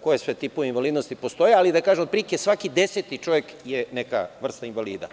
koje sve tipove invalidnosti postoji, ali otprilike svaki deseti čovek je neka vrsta invalida.